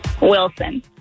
Wilson